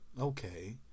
Okay